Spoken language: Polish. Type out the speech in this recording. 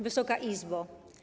Wysoka Izbo!